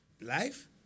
Life